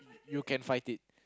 you can fight it